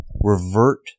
revert